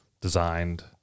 designed